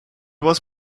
was